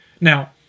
Now